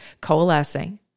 Coalescing